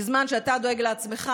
בזמן שאתה דואג לעצמך,